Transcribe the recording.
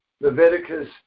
Leviticus